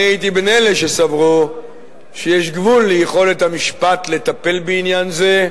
אני הייתי בין אלה שסברו שיש גבול ליכולת המשפט לטפל בעניין זה,